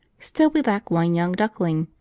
still we lack one young duckling,